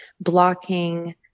blocking